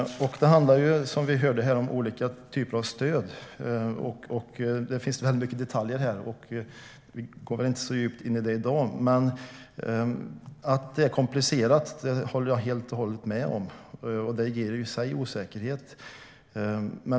Det handlar, som vi hörde här, om olika typer av stöd. Det finns väldigt mycket detaljer här, och vi går inte så djupt in på dem i dag. Men att det är komplicerat håller jag helt och hållet med om, och det ger i sig osäkerhet.